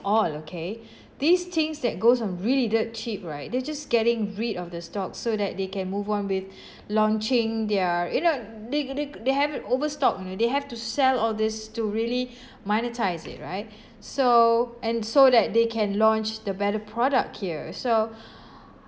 all okay these things that goes on really dirt cheap right they're just getting rid of the stocks so that they can move on with launching their you know they g~ they they have it overstocked you know they have to sell all these to really monetise it right so and so that they can launch the better product here so